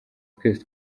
twese